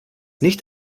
nicht